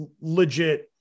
legit –